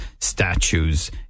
statues